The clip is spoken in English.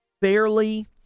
fairly